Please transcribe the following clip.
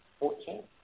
14